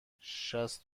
شصت